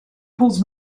holds